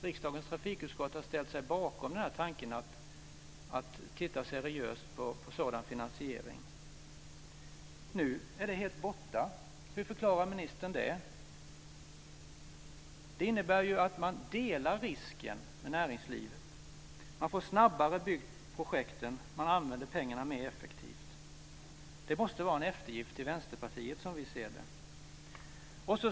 Riksdagens trafikutskott har ställt sig bakom tanken att titta seriöst på en sådan finansiering. Nu är detta helt borta. Hur förklarar ministern det? Det innebär ju att man delar risken med näringslivet, att projekten byggs snabbare och att pengarna används mer effektivt. Det här måste vara en eftergift till Vänsterpartiet, som vi ser det.